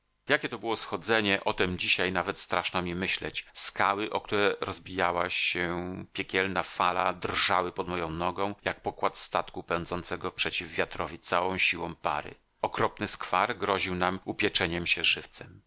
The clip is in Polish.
jakie to było schodzenie o tem dzisiaj nawet straszno mi myśleć skały o które rozbijała się piekielna fala drżały pod moją nogą jak pokład statku pędzonego przeciw wiatrowi całą siłą pary okropny skwar groził nam upieczeniem się żywcem